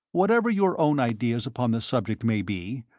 whatever your own ideas upon the subject may be,